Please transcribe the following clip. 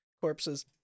corpses